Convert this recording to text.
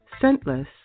scentless